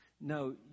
No